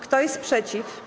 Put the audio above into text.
Kto jest przeciw?